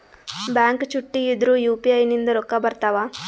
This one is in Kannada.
ಬ್ಯಾಂಕ ಚುಟ್ಟಿ ಇದ್ರೂ ಯು.ಪಿ.ಐ ನಿಂದ ರೊಕ್ಕ ಬರ್ತಾವಾ?